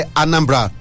anambra